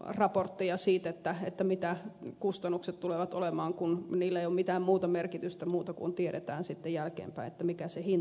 raportteja siitä mitä kustannukset tulevat olemaan kun niillä ei ole mitään muuta merkitystä kuin että tiedetään sitten jälkeenpäin mikä se hintataso on